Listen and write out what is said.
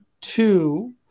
two